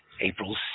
April